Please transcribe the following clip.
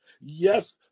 Yes